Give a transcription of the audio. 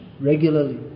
regularly